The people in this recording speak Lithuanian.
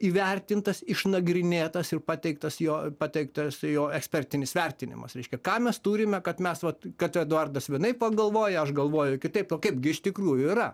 įvertintas išnagrinėtas ir pateiktas jo pateiktas jo ekspertinis vertinimas reiškia ką mes turime kad mes vat kad eduardas vienaip pagalvoja aš galvoju kitaip o kaipgi iš tikrųjų yra